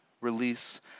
release